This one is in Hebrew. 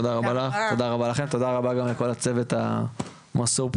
תודה רבה גם לכל הצוות המסור.